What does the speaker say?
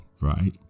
right